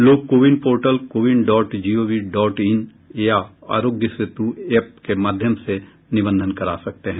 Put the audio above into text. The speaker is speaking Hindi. लोग CoWIN portal CoWIN dot gov dot in या आरोग्य सेतु एप के माध्यम से निबंधन करा सकते हैं